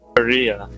Korea